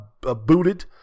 booted